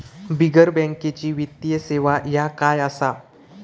बिगर बँकेची वित्तीय सेवा ह्या काय असा?